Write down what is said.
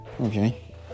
Okay